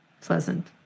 pleasant